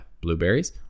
blueberries